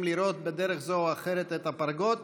לראות בדרך כזאת או אחרת את הפרגוד,